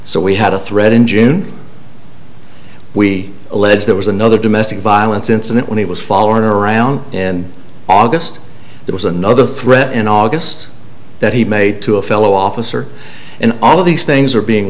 we had a threat in june we allege there was another domestic violence incident when he was followed around in august there was another threat in august that he made to a fellow officer and all of these things are being